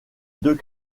deux